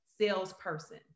salesperson